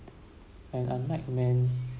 and unlike men